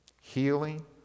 healing